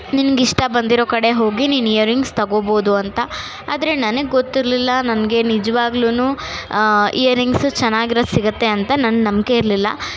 ನಿನ್ಗೆ ಇಷ್ಟ ಬಂದಿರೊ ಕಡೆ ಹೋಗಿ ನೀನು ಇಯರಿಂಗ್ಸ್ ತೊಗೊಬೋದು ಅಂತ ಆದರೆ ನನಗೆ ಗೊತ್ತಿರಲಿಲ್ಲ ನನಗೆ ನಿಜ್ವಾಗಲೂ ಆಂ ಇಯರಿಂಗ್ಸ್ ಚೆನ್ನಾಗಿರೋದು ಸಿಗುತ್ತೆ ಅಂತ ನನ್ನ ನಂಬಿಕೆ ಇರಲಿಲ್ಲ